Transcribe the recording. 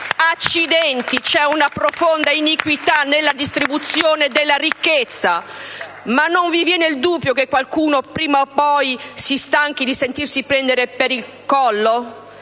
Accidenti! C'è una profonda iniquità nella distribuzione della ricchezza. Ma non vi viene il dubbio che qualcuno prima o poi si stanchi di sentirsi prendere per il collo?